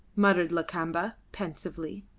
muttered lakamba, pensively.